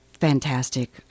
fantastic